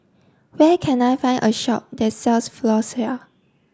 where can I find a shop that sells Floxia